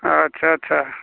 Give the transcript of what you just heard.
आदसा आदसा